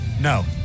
No